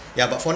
yup for